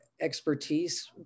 expertise